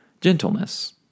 gentleness